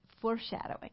foreshadowing